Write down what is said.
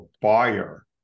buyer